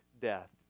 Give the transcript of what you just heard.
death